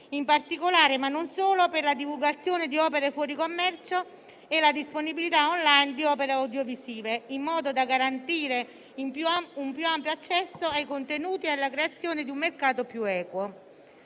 in particolare - ma non solo - per la divulgazione di opere fuori commercio e la disponibilità *online* di opere audiovisive, in modo da garantire un più ampio accesso ai contenuti e alla creazione di un mercato più equo.